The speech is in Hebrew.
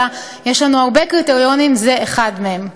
אלא יש לנו הרבה קריטריונים וזה אחד מהם.